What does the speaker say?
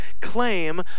claim